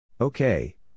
Okay